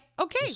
okay